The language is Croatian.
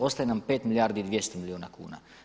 Ostaje nam 5 milijardi i 200 milijuna kuna.